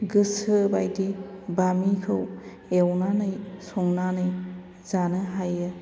गोसो बायदि बामिखौ एवनानै संनानै जानो हायो